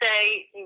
say